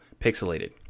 pixelated